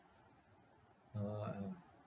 uh